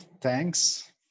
Thanks